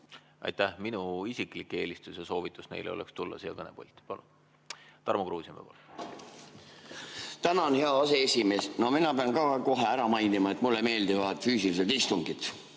Aitäh! Minu isiklik eelistus ja soovitus neile oleks tulla siia kõnepulti. Tarmo Kruusimäe, palun! Tänan, hea aseesimees! No mina pean ka kohe ära mainima, et mulle meeldivad füüsilised istungid.